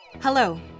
Hello